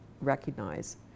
recognize